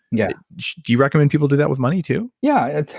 yeah do you recommend people do that with money, too? yeah.